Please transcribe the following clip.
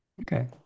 Okay